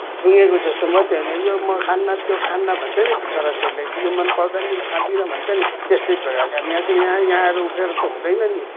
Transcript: ठुङ्गेको जस्तो मात्रै हो यो म खान्न त्यो खान्न भन्छ नि छोराछोरीहरूले यो मनपर्दैन यो खादिनँ भन्छ नि त्यस्तै प्रकारले अब यहाँ चाहिँ यहाँ यहाँ आएर उफ्रेर त हुँदैन नि